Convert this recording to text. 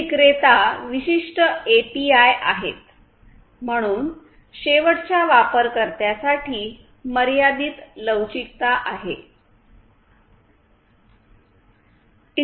हे विक्रेता विशिष्ट एपीआय आहेत म्हणून शेवटच्या वापरकर्त्यांसाठी मर्यादित लवचिकता आहे